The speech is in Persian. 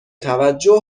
توجه